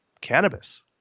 cannabis